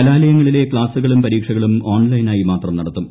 കലാലയങ്ങളിലെ ക്സാസ്സുകളും പരീക്ഷകളും ഓൺലൈനായി മാത്രം നടത്തും